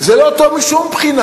זה לא טוב משום בחינה.